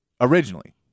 originally